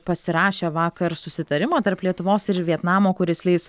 pasirašė vakar susitarimą tarp lietuvos ir vietnamo kuris leis